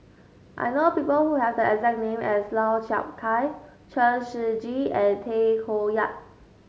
I know people who have the exact name as Lau Chiap Khai Chen Shiji and Tay Koh Yat